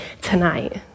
tonight